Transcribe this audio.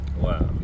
Wow